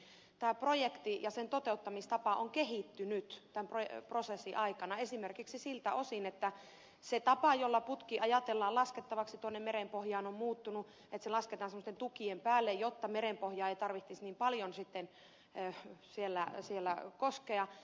tämä projekti ja sen toteuttamistapa on kehittynyt tämän prosessin aikana esimerkiksi siltä osin että se tapa jolla putki ajatellaan laskettavaksi tuonne merenpohjaan on muuttunut että se lasketaan sellaisten tukien päälle jotta merenpohjaa ei tarvitsisi niin paljon sitten siellä koskea